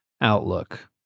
outlook